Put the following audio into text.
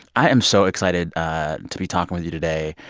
i am so excited to be talking with you today.